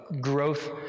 growth